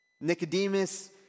Nicodemus